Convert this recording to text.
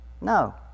No